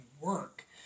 work